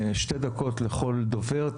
שתי דקות לכל דובר.